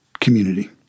community